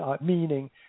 meaning